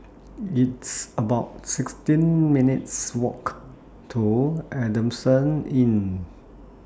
It's about sixteen minutes' Walk to Adamson Inn